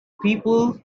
people